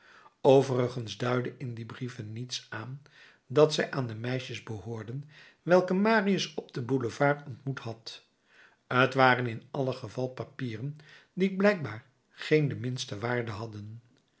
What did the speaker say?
overigens duidde in die brieven niets aan dat zij aan de meisjes behoorden welke marius op den boulevard ontmoet had t waren in allen geval papieren die blijkbaar geen de minste waarde hadden